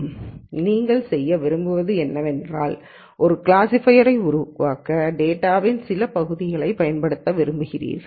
எனவே நீங்கள் செய்ய விரும்புவது என்னவென்றால் ஒரு கிளாஸிஃபையரை உருவாக்க டேட்டாவின் சில பகுதியைப் பயன்படுத்த விரும்புகிறீர்கள்